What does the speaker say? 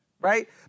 right